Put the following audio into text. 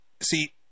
See